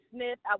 Smith